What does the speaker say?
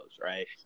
right